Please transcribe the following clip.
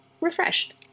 Refreshed